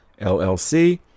LLC